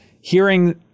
hearing